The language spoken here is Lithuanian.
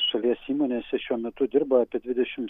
šalies įmonėse šiuo metu dirba apie dvidešims